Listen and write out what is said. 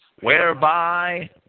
whereby